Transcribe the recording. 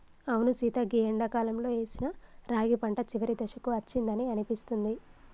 అవును సీత గీ ఎండాకాలంలో ఏసిన రాగి పంట చివరి దశకు అచ్చిందని అనిపిస్తుంది